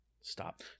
Stop